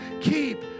Keep